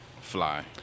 Fly